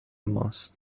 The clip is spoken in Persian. ماست